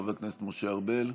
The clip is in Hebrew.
חבר הכנסת משה ארבל,